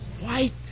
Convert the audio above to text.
white